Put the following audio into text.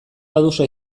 baduzu